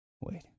Wait